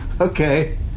Okay